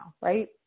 right